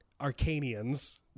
Arcanians